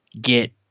get